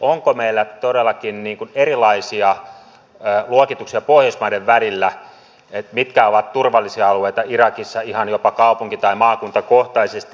onko meillä todellakin erilaisia luokituksia pohjoismaiden välillä mitkä ovat turvallisia alueita irakissa ihan jopa kaupunki tai maakuntakohtaisesti